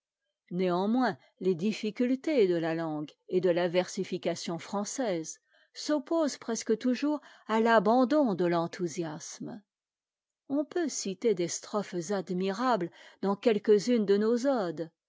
néanmoins les difficultés de la langue et de la versification française s'opposent presque toujours à l'abandon de l'enthousiasme on peut citer des strophes admirables dans quelques-unes de nos